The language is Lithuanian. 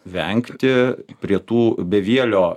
vengti prie tų bevielio